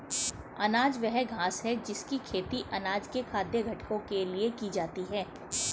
अनाज वह घास है जिसकी खेती अनाज के खाद्य घटकों के लिए की जाती है